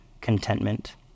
contentment